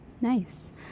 Nice